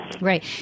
right